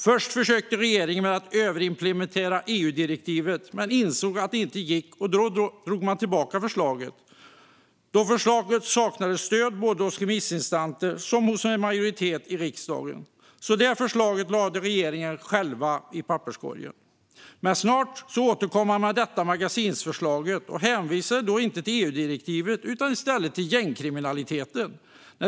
Först försökte regeringen med att överimplementera EU-direktivet men insåg att det inte gick och drog tillbaka förslaget då det saknade stöd såväl hos remissinstanser som hos en majoritet i riksdagen. Det förslaget lade regeringen alltså själv i papperskorgen. Snart återkom man dock med detta magasinsförslag och hänvisade då inte till EU-direktivet utan i stället till gängkriminaliteten.